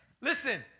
Listen